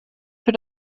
für